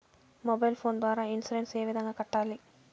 mobile phone ద్వారా insurance ఏ విధంగా కట్టాలి